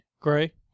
gray